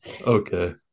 Okay